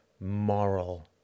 moral